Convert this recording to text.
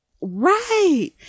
Right